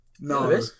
no